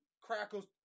crackles